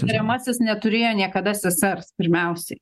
įtariamasis neturėjo niekada sesers pirmiausiai